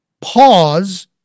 pause